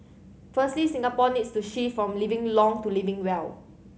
firstly Singapore needs to shift from living long to living well